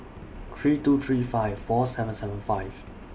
three two three five four seven seven five